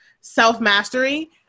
self-mastery